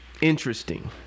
Interesting